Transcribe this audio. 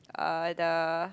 uh the